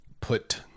put